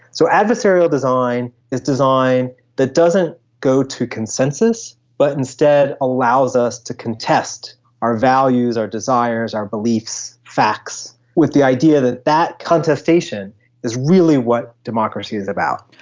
so adversarial design is design that doesn't go to consensus but instead allows us to contest our values, our desires, our beliefs, facts, with the idea that that contestation is really what democracy is about.